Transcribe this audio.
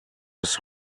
bis